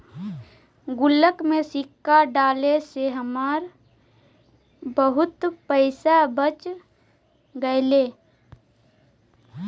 गुल्लक में सिक्का डाले से हमरा बहुत पइसा बच गेले